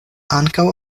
ankaŭ